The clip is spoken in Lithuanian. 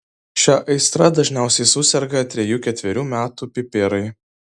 šia aistra dažniausiai suserga trejų ketverių metų pipirai